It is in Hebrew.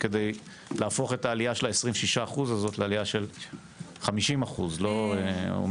כדי להפוך את העלייה של ה-26% הזו לעלייה של 50% או 100%?